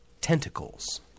Tentacles